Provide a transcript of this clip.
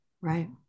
Right